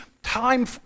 Time